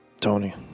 Tony